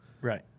Right